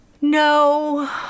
no